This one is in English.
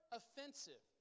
offensive